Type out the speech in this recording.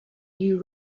new